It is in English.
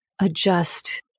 adjust